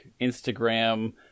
instagram